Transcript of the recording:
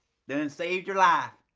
done saved your life.